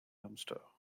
dumpster